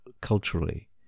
culturally